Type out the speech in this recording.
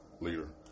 leader